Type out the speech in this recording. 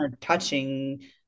touching